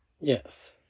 yes